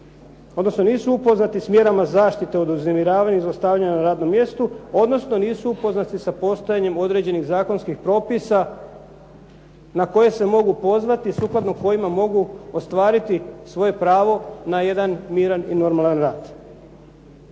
odnosno nisu upoznati s mjerama zaštite od uznemiravanja i zlostavljanja na radnom mjestu odnosno nisu upoznati sa postojanjem određenih zakonskih propisa na koje se mogu pozvati i sukladno kojima mogu ostvariti svoje pravo na jedan miran i normalan rad.